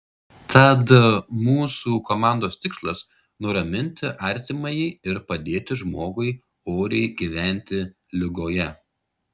tad mūsų komandos tikslas nuraminti artimąjį ir padėti žmogui oriai gyventi ligoje